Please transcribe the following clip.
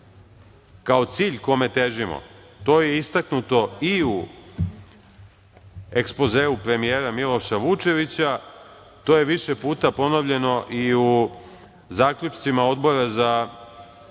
kao cilj kome težimo to je istaknuto i u ekspozeu premijera Miloša Vučevića, to je više puta ponovljeno i u zaključcima Odbora za